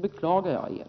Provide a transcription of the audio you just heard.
beklagar jag dem.